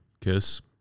Kiss